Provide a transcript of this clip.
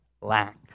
lack